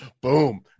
Boom